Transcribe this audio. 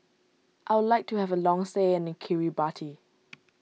I would like to have a long stay in Kiribati